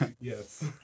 Yes